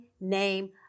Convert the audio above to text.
name